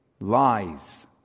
lies